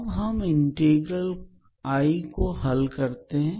अब हम integral I को हल करना शुरू करते हैं